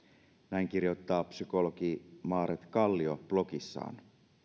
näin kirjoittaa psykologi maaret kallio blogissaan